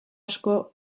asko